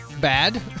Bad